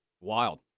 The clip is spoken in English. Wild